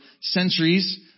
centuries